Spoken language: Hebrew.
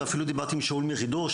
ואפילו דיברתי עם שאול מרידור,